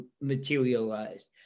materialized